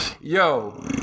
Yo